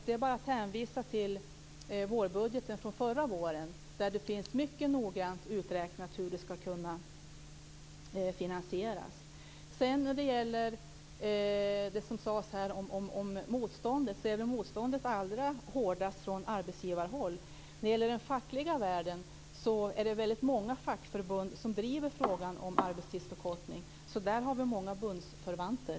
Det är bara att hänvisa till vårbudgeten från förra våren, där det finns mycket noga uträknat hur den skall kunna finansieras. Motståndet är som allra hårdast från arbetsgivarhåll. I den fackliga världen är det väldigt många fackförbund som driver frågan om arbetstidsförkortning, så där har vi många bundsförvanter.